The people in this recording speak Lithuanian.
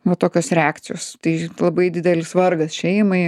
va tokios reakcijos tai labai didelis vargas šeimai